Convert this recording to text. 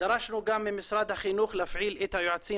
דרשנו גם ממשרד החינוך להפעיל את היועצים